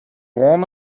warm